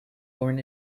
born